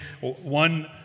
one